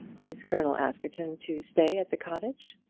is colonel askerton to stay at the cottage?